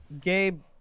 Gabe